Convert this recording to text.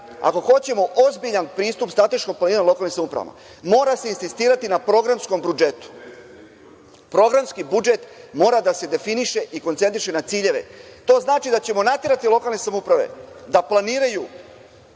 ako hoćemo ozbiljan pristup strateškom planiranju planiranju lokalnim samouprava, mora se insistirati na programskom budžetu. Programski budžet mora da se definiše i koncentriše na ciljeve. To znači da ćemo naterati lokalne samouprave da planiraju